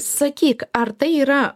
sakyk ar tai yra